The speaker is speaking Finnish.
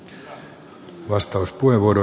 arvoisa puhemies